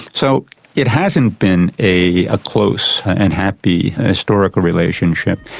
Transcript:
so it hasn't been a ah close and happy historical relationship,